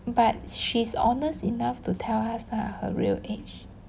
but she is honest enough to tell us ah her real age